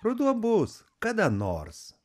ruduo bus kada nors